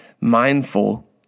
mindful